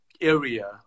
area